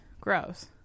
gross